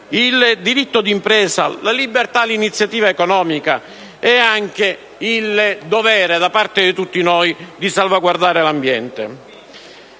il diritto d'impresa, la libertà d'iniziativa economica e anche il dovere da parte di tutti noi di salvaguardare l'ambiente.